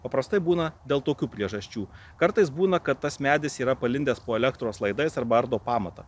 paprastai būna dėl tokių priežasčių kartais būna kad tas medis yra palindęs po elektros laidais arba ardo pamatą